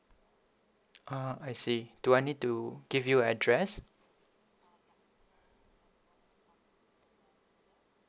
ah I see do I need to give you address